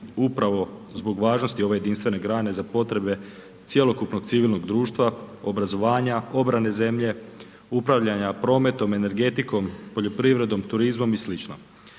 upravo zbog važnosti ove jedinstvene grane za potrebe cjelokupnog civilnog društva, obrazovanja, obrane zemlje, upravljanja prometom, energetikom, poljoprivredom, turizmom i sl.